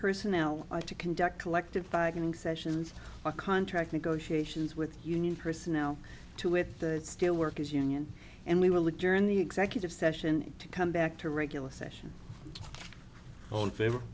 personnel to conduct collective bargaining sessions or contract negotiations with union personnel to with the steelworkers union and we will adjourn the executive session to come back to regular session own favor